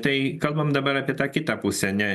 tai kalbam dabar apie tą kitą pusę ne